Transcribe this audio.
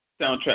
soundtrack